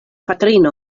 patrino